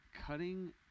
cutting